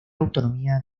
autonomía